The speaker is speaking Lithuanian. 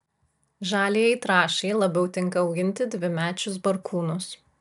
žaliajai trąšai labiau tinka auginti dvimečius barkūnus